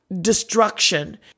destruction